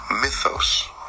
mythos